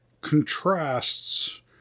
contrasts